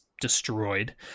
destroyed